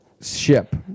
Ship